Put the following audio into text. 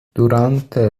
durante